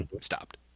stopped